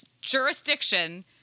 jurisdiction